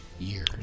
years